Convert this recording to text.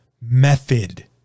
method